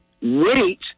Wait